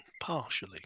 partially